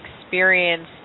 experience